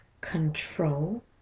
control